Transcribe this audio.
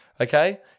okay